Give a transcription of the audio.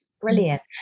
brilliant